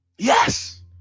Yes